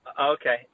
Okay